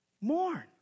mourn